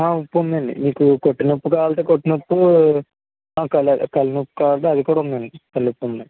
ఉప్పు ఉండండి మీకు కొట్టి నొప్పు కావాలతే కొట్టునుప్పు కళ్ళునుప్పు కావాలితే అది కూడా ఉందండి కళ్ళుఉప్పు ఉందండి